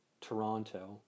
Toronto